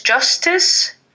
justice